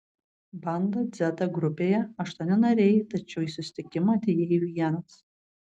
banda dzeta grupėje aštuoni nariai tačiau į susitikimą atėjai vienas